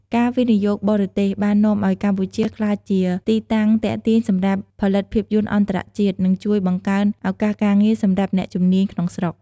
ការវិនិយោគបរទេស បាននាំឱ្យកម្ពុជាក្លាយជាទីតាំងទាក់ទាញសម្រាប់ផលិតភាពយន្តអន្តរជាតិ និងជួយបង្កើនឱកាសការងារសម្រាប់អ្នកជំនាញក្នុងស្រុក។